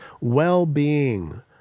well-being